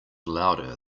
louder